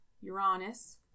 Uranus